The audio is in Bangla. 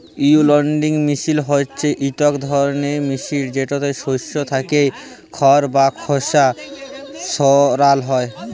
উইলউইং মিশিল হছে ইকট ধরলের মিশিল যেটতে শস্য থ্যাইকে খড় বা খসা সরাল হ্যয়